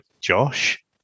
Josh